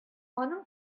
аның